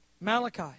Malachi